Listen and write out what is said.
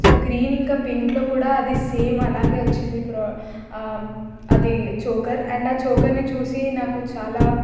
so green ఇంకా పింక్లో కూడా అది సేమ్ అలాగే వచ్చింది ప్రో అది చోకర్ అండ్ చోకర్ని చూసి నాకు చాలా